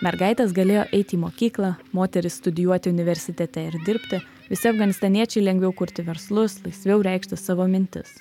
mergaitės galėjo eiti į mokyklą moterys studijuoti universitete ir dirbti visi afganistaniečiai lengviau kurti verslus laisviau reikšti savo mintis